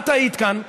את היית כאן,